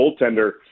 goaltender